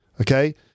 Okay